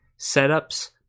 setups